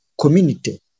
community